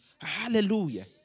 Hallelujah